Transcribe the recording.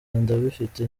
ndabifite